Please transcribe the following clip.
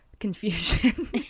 confusion